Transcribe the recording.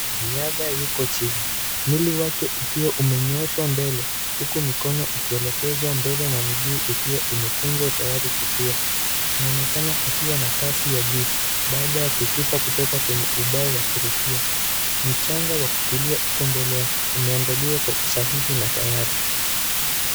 Mwanariadha yuko chini, mwili wake ukiwa umenyooshwa mbele, huku mikono ikielekezwa mbele na miguu ikiwa imekunjwa tayari kutua. Anaonekana akiwa na kasi ya juu. Baada ya kuchupa kutoka kwenye ubao wa kurukia. Mchanga wa kutulia uko mbele yake umeandaliwa kwa usahihi na tayari.